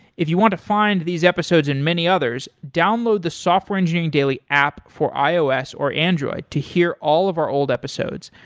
if you want to find these episodes and many others, download the software engineering daily app for ios or android to hear all of our old episodes.